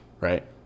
right